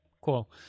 cool